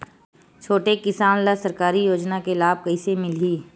छोटे किसान ला सरकारी योजना के लाभ कइसे मिलही?